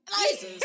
Jesus